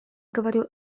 говорю